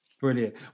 Brilliant